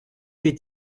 wird